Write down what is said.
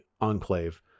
Enclave